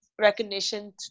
recognition